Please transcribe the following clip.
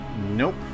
Nope